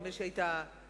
נדמה לי שהיית היוזם